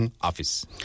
office